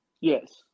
Yes